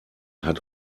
hat